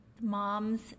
moms